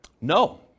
No